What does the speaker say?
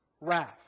wrath